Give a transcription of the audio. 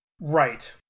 Right